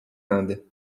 inde